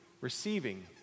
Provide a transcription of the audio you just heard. receiving